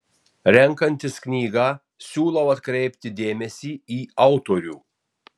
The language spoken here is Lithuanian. renkantis knygą siūlau atkreipti dėmesį į autorių